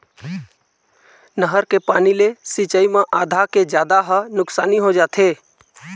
नहर के पानी ले सिंचई म आधा के जादा ह नुकसानी हो जाथे